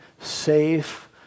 safe